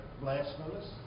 blasphemous